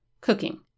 cooking